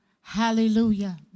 hallelujah